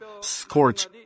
scorch